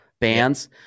bands